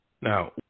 Now